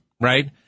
Right